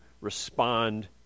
respond